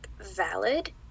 valid